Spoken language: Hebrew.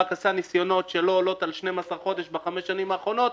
ורק עשה ניסיונות שלא עולות על 12 חודשים בחמש שנים האחרונות,